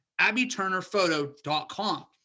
abbyturnerphoto.com